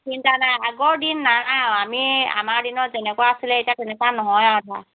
চিন্তা নাই আগৰ দিন নাই আৰু আমি আমাৰ দিনত যেনেকুৱা আছিলে এতিয়া তেনেকুৱা নহয় আৰু ধৰা